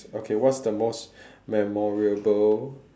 okay what's the most memorable